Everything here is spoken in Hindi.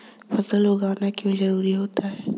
फसल उगाना क्यों जरूरी होता है?